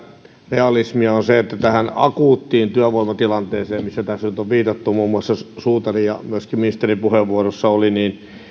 realismia on se että tähän akuuttiin työvoimatilanteeseen mihin nyt on viitattu muun muassa suutarin ja myöskin ministerin puheenvuorossa oli